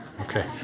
Okay